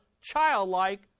childlike